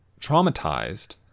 traumatized